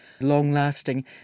long-lasting